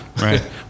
right